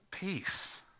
Peace